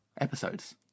episodes